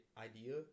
idea